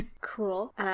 Cool